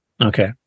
Okay